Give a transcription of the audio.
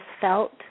felt